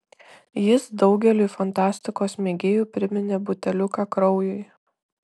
jis daugeliui fantastikos mėgėjų priminė buteliuką kraujui